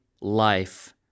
life